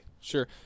sure